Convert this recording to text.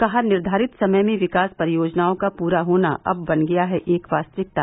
कहा निर्घारित समय में विकास परियोजनाओं का पूरा होना अब बन गया है एक वास्तविकता